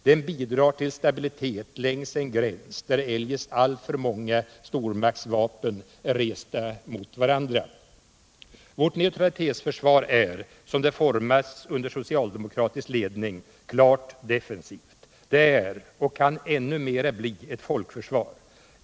Den bidrar till stabilitet längs en gräns där eljest alltför många stormaktsvapen är resta mot varandra. Vårt neutralitetsförsvar är, som det formats under socialdemokratisk ledning, klart defensivt. Det är, och kan än mera bli, ett folkförsvar.